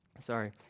sorry